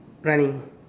running